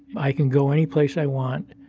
i can go any place i want.